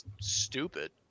Stupid